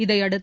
இதையடுத்து